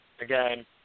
Again